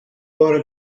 war